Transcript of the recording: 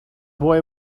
boy